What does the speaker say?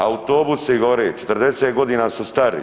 Autobusi gore, 40 godina su stari.